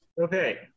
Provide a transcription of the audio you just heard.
Okay